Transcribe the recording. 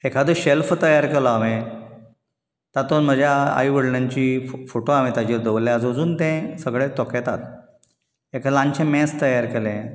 एखादो शॅल्फ तयार केलो हांवे तातूंत म्हज्या आई वडीलांची फोटो हांवें ताचेर दवरल्या आनी अजून तें सगळे तोंखेतात एक ल्हानशें मेज तयार केलें